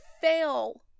fail